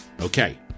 Okay